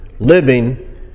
Living